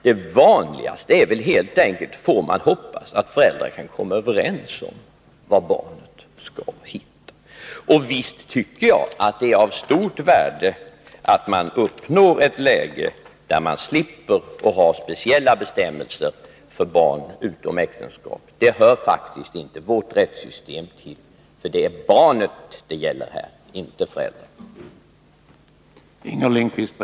Det vanligaste är helt enkelt, får man hoppas, att föräldrar kan komma överens om vad barnet skall heta. Visst tycker jag att det är av stort värde att man uppnår ett läge där man slipper ha speciella bestämmelser för barn utom äktenskap. Det hör faktiskt inte vårt rättssystem till. Det är barnet det gäller här, inte föräldrarna.